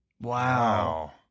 Wow